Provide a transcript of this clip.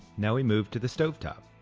now we move to the stove top.